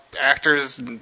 actors